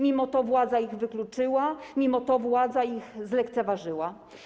Mimo to władza ich wykluczyła, mimo to władza ich zlekceważyła.